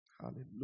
Hallelujah